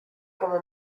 como